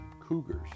cougars